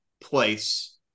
place